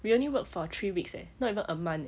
we only work for three weeks leh not even a month eh